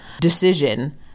decision